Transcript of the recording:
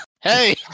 hey